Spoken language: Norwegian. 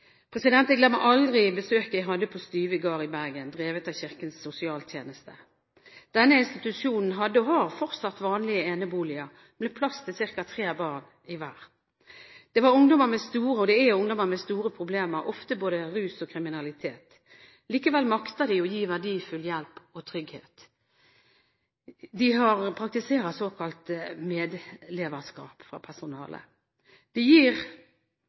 aldri besøket jeg hadde på Styve Gard i Bergen, drevet av Kirkens Sosialtjeneste. Denne institusjonen hadde, og har fortsatt, vanlige eneboliger med plass til ca. tre barn i hver. Det var, og er, ungdommer med store, problemer – ofte både rus og kriminalitet. Likevel makter de å gi verdifull hjelp og trygghet. Personalet praktiserer såkalt medleverskap. De siste årene har institusjonen utviklet et nytt tilbud i tillegg: De gir